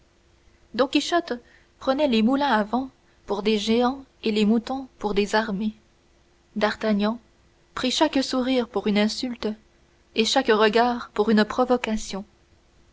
don quichotte prenait les moulins à vent pour des géants et les moutons pour des armées d'artagnan prit chaque sourire pour une insulte et chaque regard pour une provocation